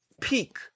peak